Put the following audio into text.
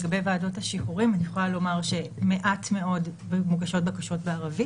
לגבי ועדות השחרורים אני יכולה לומר שמוגשות מעט מאוד בקשות בערבית.